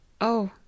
Oh